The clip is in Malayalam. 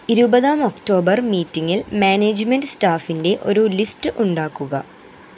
ഇരുപതാം ഒക്ടോബർ മീറ്റിംഗിൽ മാനേജ്മെൻറ്റ് സ്റ്റാഫിൻ്റെ ഒരു ലിസ്റ്റ് ഉണ്ടാക്കുക